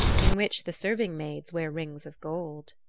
in which the serving-maids wear rings of gold.